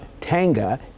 Tanga